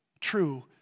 true